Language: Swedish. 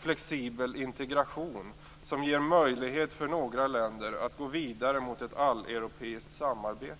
flexibel integration ger möjlighet för några länder att gå vidare mot ett alleuropeiskt samarbete.